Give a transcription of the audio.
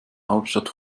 hauptstadt